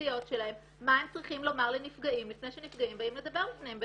המשפטיות שלהם מה הם צריכים לומר לנפגעים לפני שנפגעים באים לדבר בפניהם,